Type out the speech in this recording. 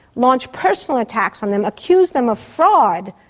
launch personal attacks on them, accuse them of fraud?